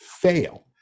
fail